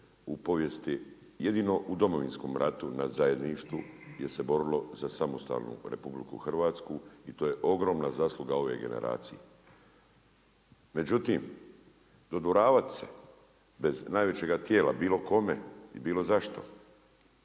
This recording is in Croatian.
u povijesti, jedino u Domovinskom ratu na zajedništvu gdje se borilo za samostalnu RH, i to je ogromna zasluga ove generacije. Međutim, dodvoravat se bez najvećega tijela bilo kome i bilo zašto,